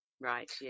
Right